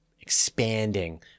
expanding